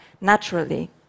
naturally